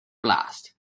blast